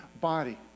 body